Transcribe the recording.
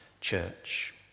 church